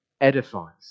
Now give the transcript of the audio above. edifies